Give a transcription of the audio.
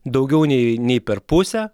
daugiau nei nei per pusę